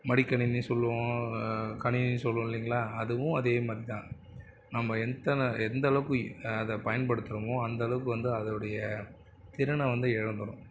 மடிக்கணினி சொல்லுவோம் கணினி சொல்லுவோம் இல்லைங்களா அதுவும் அதே மாதிரிதான் நம்ம எத்தனை எந்தளவுக்கு அதை பயன்படுத்துகிறோமோ அந்தளவுக்கு வந்து அதோடைய திறனை வந்து இழந்துரும்